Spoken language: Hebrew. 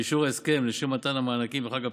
באישור ההסכם לשם מתן המענקים בחג הפסח,